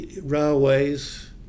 railways